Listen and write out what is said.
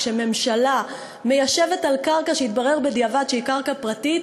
כשממשלה מיישבת על קרקע שהתברר בדיעבד שהיא קרקע פרטית,